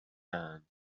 down